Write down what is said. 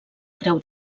creu